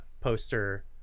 poster